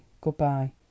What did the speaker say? goodbye